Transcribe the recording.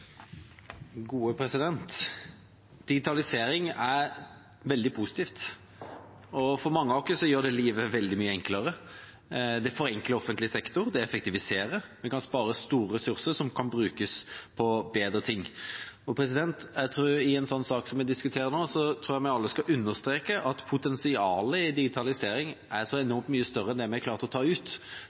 livet veldig mye enklere. Det forenkler offentlig sektor, det effektiviserer, en kan spare store ressurser som kan brukes på bedre ting. I en slik sak som vi diskuterer nå, tror jeg vi alle skal understreke at potensialet innenfor digitalisering er så enormt mye større enn det vi har klart å ta ut.